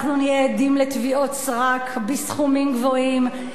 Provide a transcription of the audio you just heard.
אנחנו נהיה עדים לתביעות סרק בסכומים גבוהים.